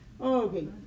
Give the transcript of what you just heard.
Okay